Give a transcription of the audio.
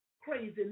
Crazy